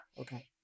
Okay